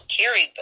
carried